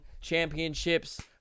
championships